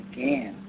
Again